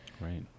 Right